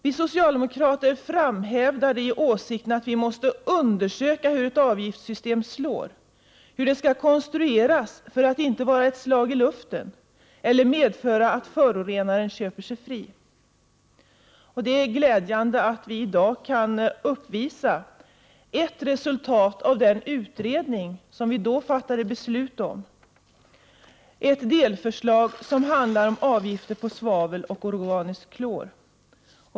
Vi socialdemokrater framhärdade i åsikten att vi måste undersöka hur ett avgiftssystem slår, hur det skall konstrueras för att inte vara ett slag i luften eller medföra att förorenaren köper sig fri. Det är glädjande att vi i dag kan uppvisa ett resultat av den utredning som vi då fattade beslut om, ett delförslag som handlar om avgifter på svavel och organiskt klor.